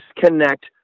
Disconnect